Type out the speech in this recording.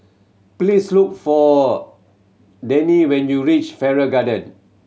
please look for Deane when you reach Farrer Garden